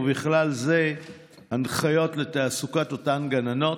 ובכלל זה הנחיות להעסקת אותן גננות,